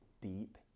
deep